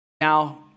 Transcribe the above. Now